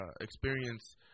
experience